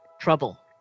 trouble